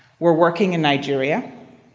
we're working in nigeria.